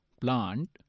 plant